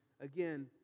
Again